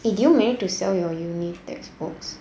eh did you manage to sell your uni textbooks